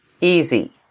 easy